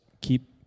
keep